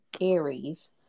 Aries